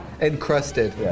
encrusted